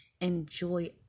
Enjoy